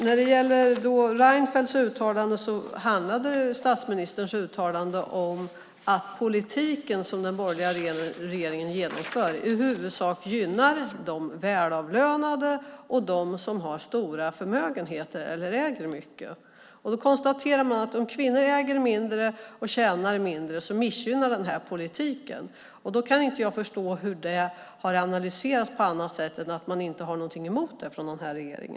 När det gäller statsministerns uttalande handlade det om att politiken som den borgerliga regeringen genomför i huvudsak gynnar de välavlönade och dem som har stora förmögenheter eller äger mycket. Då kan man konstatera att eftersom kvinnor äger mindre och tjänar mindre missgynnas de av denna politik. Jag kan inte förstå att det har analyserats på annat sätt än att regeringen inte har något emot det.